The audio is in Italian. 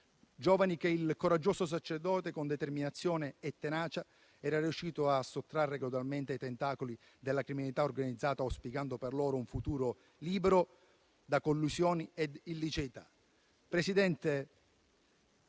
giovani: il coraggioso sacerdote, con determinazione e tenacia, era riuscito a sottrarli gradualmente ai tentacoli della criminalità organizzata, auspicando per loro un futuro libero da collusioni e illiceità. Il presidente